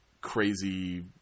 crazy